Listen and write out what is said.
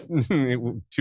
two